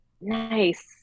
Nice